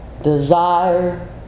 Desire